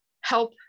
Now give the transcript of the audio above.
help